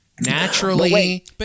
Naturally